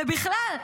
ובכלל,